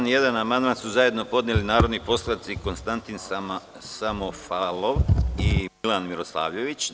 Na član 1. amandman su zajedno podneli narodni poslanici Konstantin Samofalov i Milan Mirosavljević.